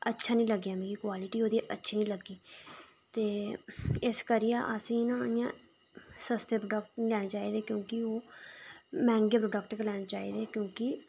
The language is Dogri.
अच्छा निं लग्गेआ मिगी क्वालिटी ओह्दी अच्छी निं लग्गी ते इस करियै असें ई ना इं'या सस्ते कपड़े निं लैने चाहिदे कि ओह् मैह्ंगे प्रोडक्ट गै लैने चाहिदे क्योंकि